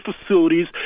facilities